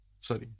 sorry